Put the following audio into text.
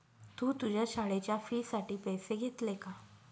तू तुझ्या शाळेच्या फी साठी पैसे घेतले का?